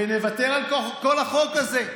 ונוותר על כל החוק הזה.